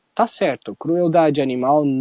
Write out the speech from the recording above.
ah sartorial dodge animal